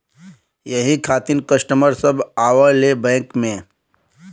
यही खातिन कस्टमर सब आवा ले बैंक मे?